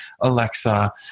Alexa